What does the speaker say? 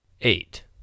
eight